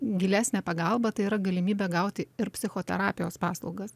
gilesnė pagalba tai yra galimybė gauti ir psichoterapijos paslaugas